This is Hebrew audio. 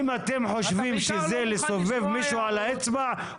אם אתם חושבים שזה לסובב מישהו על האצבע,